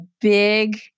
big